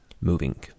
moving